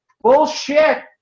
Bullshit